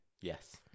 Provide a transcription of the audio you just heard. Yes